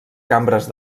cambres